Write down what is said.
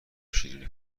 شیرینی